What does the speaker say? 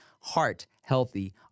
heart-healthy